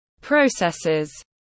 processes